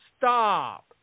Stop